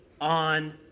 on